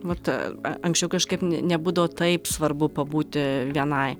vat a anksčiau kažkaip n nebūdavo taip svarbu pabūti vienai